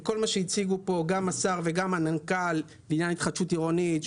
השר והמנכ"ל הציגו פה את עניין התחדשות עירונית,